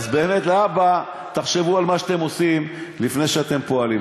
אז באמת להבא תחשבו על מה שאתם עושים לפני שאתם פועלים.